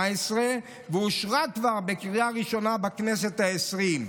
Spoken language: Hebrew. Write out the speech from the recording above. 2018, ואושרה כבר בקריאה הראשונה בכנסת העשרים.